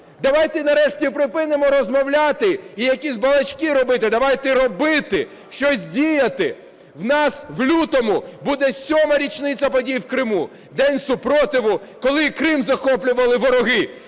Давайте нарешті припинимо розмовляти і якісь балачки робити. Давайте робити щось, діяти. У нас у лютому буде сьома річниця подій в Криму, День супротиву, коли Крим захоплювали вороги.